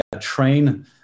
train